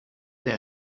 der